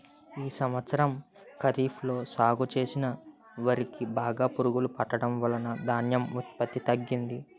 ఈ సంవత్సరం ఖరీఫ్ లో సాగు చేసిన వరి కి బాగా పురుగు పట్టడం వలన ధాన్యం ఉత్పత్తి తగ్గింది